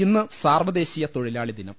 ഇന്ന് സാർവദേശീയ തൊഴിലാളി ദിനം